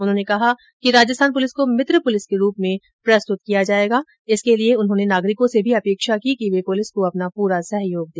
उन्होंने कहा कि राजस्थान पुलिस को मित्र पुलिस के रूप में प्रस्तुत किया जायेगा जिसके लिये उन्होंने नागरिकों से भी अपेक्षा की कि वे पुलिस को अपना पूरा सहयोग दे